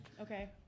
Okay